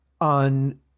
on